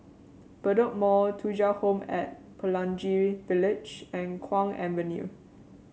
Bedok Mall Thuja Home At Pelangi Village and Kwong Avenue